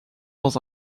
dans